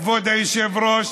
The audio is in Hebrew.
כבוד היושב-ראש.